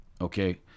Okay